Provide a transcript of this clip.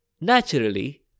Naturally